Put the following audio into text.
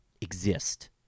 exist